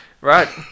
Right